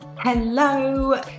Hello